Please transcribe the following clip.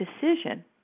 decision